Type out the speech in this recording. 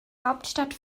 hauptstadt